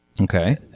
Okay